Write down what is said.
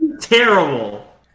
terrible